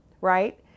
right